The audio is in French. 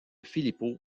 filippo